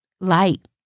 light